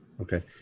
Okay